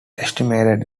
estimated